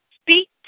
Speak